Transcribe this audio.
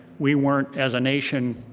we weren't, as a nation,